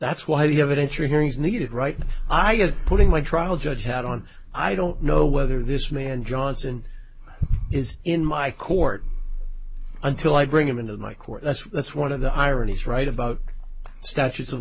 that's why the evidence you're hearing is needed right now i just putting my trial judge had on i don't know whether this man johnson is in my court until i bring him into my court that's that's one of the ironies right about statutes of